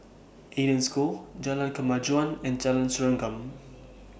Eden School Jalan Kemajuan and Jalan Serengam